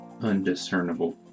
undiscernible